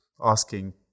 asking